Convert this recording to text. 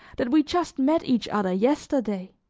that we just met each other yesterday.